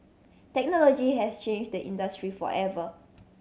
technology has changed the industry forever